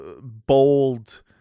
bold